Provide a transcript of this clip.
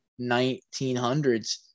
1900s